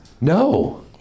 No